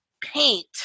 paint